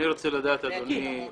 אני רוצה לדעת, אדוני,